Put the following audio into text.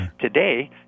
Today